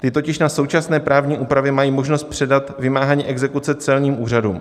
Ty totiž na současné právní úpravě mají možnost předat vymáhání exekuce celním úřadům.